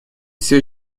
все